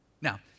Now